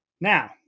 Now